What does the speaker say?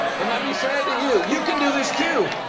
and let me say to you, you can do this too.